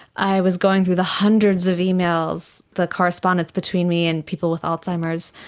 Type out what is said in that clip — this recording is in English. i was going through the hundreds of emails, the correspondence between me and people with alzheimer's,